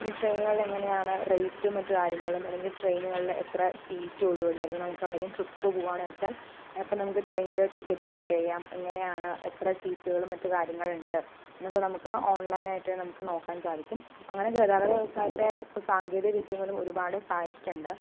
പിന്നെ ട്രെയിനുകളിൽ എങ്ങനെയാണ് റേറ്റും മറ്റുകാര്യങ്ങളും അല്ലെങ്കിൽ ട്രെയിനുകളിൽ എത്ര സീറ്റ് ഒഴിവുണ്ട് അല്ലെങ്കിൽ നമുക്ക് എവിടെയെങ്കിലും ട്രിപ്പ് പോകണം എന്ന് വെച്ചാൽ നമുക്ക് ട്രെയിനില് ടിക്കറ്റ് ബുക്ക് ചെയ്യാം എങ്ങനെയാണ് എത്ര സീറ്റുകളും മറ്റു കാര്യങ്ങള്ണ്ട് എന്നൊക്കെ നമുക്ക് ഓൺലൈനായിട്ട് നമുക്ക് നോക്കാൻ സാധിക്കും അങ്ങനെ ഗതാഗത വ്യവസായത്തെ ഇപ്പോൾ സാങ്കേതിക വിദ്യ മൂലം ഒരുപാട് സഹായിച്ചിട്ടുണ്ട്